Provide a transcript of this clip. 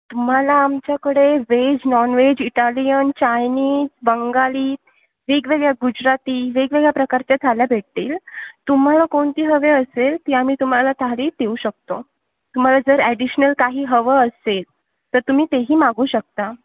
तुम्हाला आमच्याकडे veg non veg Italian Chinese Bengali वेगवेगळ्या गुजराती वेगवेगळ्या प्रकारच्या थाळ्या भेटतील तुम्हाला कोणती हवे असेल ती आम्ही तुम्हाला थाळी देऊ शकतो तुम्हाला जर ॲडिशनल काही हवं असेल तर तुम्ही तेही मागू शकता